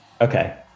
Okay